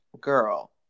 girl